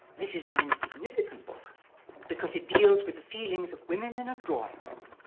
this is an insignificant book because it deals with the feelings of women in a drawing room.